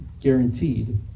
guaranteed